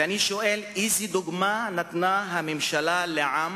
ואני שואל: איזו דוגמה נתנה הממשלה לעם